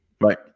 right